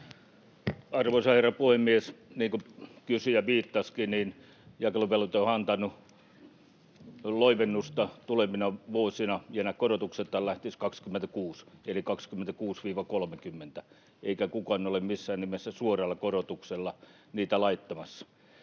Arvoisa herra puhemies! Niin kuin kysyjä viittasikin, jakeluvelvoite antaa loivennusta tulevina vuosina, ja nämä korotuksethan lähtisivät vuodesta 26 eli olisivat vuosina 26—30, eikä kukaan ole missään nimessä suoralla korotuksella niitä laittamassa.